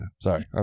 Sorry